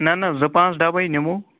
نَہ نَہ زٕ پانٛژھ ڈَبہٕ ہَے نِمو